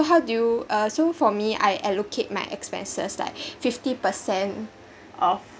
how do you uh so for me I allocate my expenses like fifty percent of